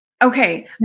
Okay